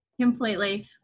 Completely